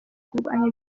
kurwanya